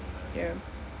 ya